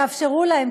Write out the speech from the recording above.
תאפשרו להם,